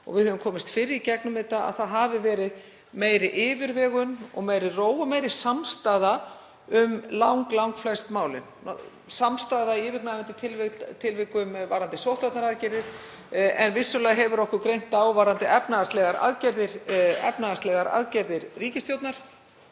fyrir vikið komist fyrr í gegnum þetta, að það hafi verið meiri yfirvegun, meiri ró og meiri samstaða um langflest málin, samstaða í yfirgnæfandi tilvikum varðandi sóttvarnaaðgerðir. En vissulega hefur okkur greint á varðandi efnahagslegar aðgerðir ríkisstjórnarinnar.